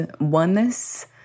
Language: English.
oneness